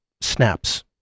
snaps